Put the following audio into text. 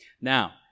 Now